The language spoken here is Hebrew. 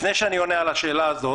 לפני שאני עונה על השאלה הזאת,